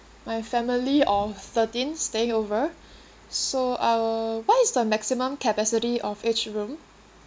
my family of thirteen staying over so I will what is the maximum capacity of each room